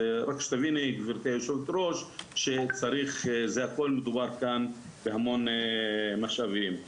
רק שתביני גברתי היו"ר, מדובר כאן בהמון משאבים.